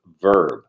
verb